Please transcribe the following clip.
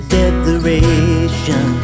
declaration